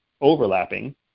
overlapping